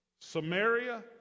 Samaria